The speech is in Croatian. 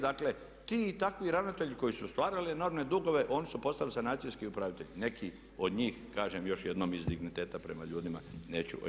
Dakle, ti i takvi ravnatelji koji su stvarali enormne dugove oni su postali sanacijski upravitelji, neki od njih kažem još jednom iz digniteta prema ljudima neću o imenima.